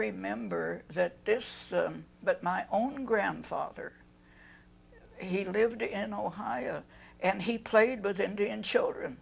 remember that this but my own grandfather he lived in ohio and he played both indian children